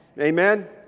Amen